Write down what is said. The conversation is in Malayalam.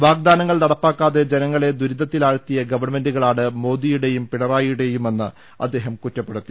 വാഗ്ദാനങ്ങൾ നടപ്പാക്കാതെ ജന ങ്ങളെ ദുരിതത്തിലാഴ്ത്തിയ ഗവൺമെന്റുകളാണ് മോദിയുടെയും പിണറാ യിയുടേയുമെന്ന് അദ്ദേഹം കുറ്റപ്പെടുത്തി